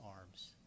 arms